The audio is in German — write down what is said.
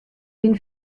den